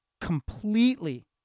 completely